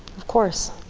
of course.